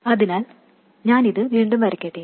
അതിനാൽ ഞാൻ ഇത് വീണ്ടും വരയ്ക്കട്ടെ